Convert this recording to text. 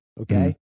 Okay